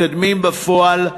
מקדמים בפועל,